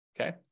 okay